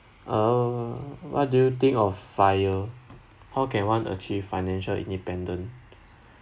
uh what do you think of how can one achieve financial independence